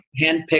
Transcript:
handpicked